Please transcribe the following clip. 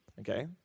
okay